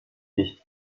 nicht